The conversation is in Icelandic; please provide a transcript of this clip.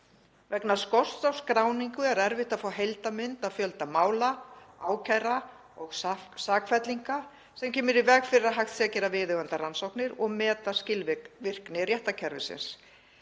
Vegna skorts á skráningu er erfitt að fá heildarmynd af fjölda mála, ákæra og sakfellinga sem kemur í veg fyrir að hægt sé að gera viðeigandi rannsóknir og meta skilvirkni réttarkerfisins.